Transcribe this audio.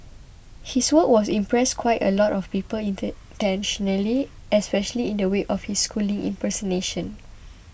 his work has impressed quite a lot of people inter nationally especially in the wake of his schooling impersonation